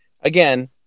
again